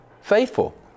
faithful